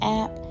app